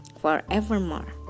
forevermore